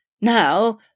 Now